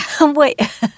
Wait